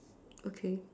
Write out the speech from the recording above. okay